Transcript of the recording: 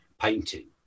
painting